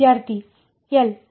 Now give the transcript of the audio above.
ವಿದ್ಯಾರ್ಥಿ ಎಲ್